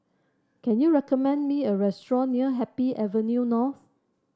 can you recommend me a restaurant near Happy Avenue North